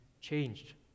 changed